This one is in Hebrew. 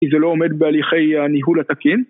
כי זה לא עומד בהליכי הניהול התקין.